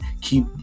keep